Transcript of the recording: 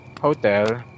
hotel